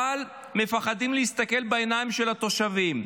אבל מפחדים להסתכל בעיניים של התושבים.